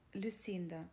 Lucinda